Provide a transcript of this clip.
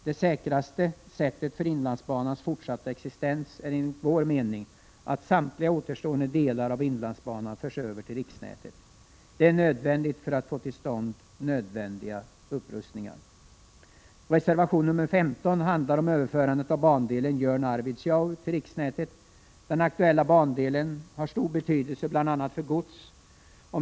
Det säkraste sättet att garantera inlandsbanans fortsatta existens är enligt vår mening att samtliga återstående delar av inlandsbanan förs över till riksnätet. Det är nödvändigt för att få till stånd nödvändiga upprustningar. Reservation nr 15 handlar om överförande av bandelen Jörn-Arvidsjaur till riksnätet. Den aktuella bandelen har stor betydelse för bl.a. godstrafiken.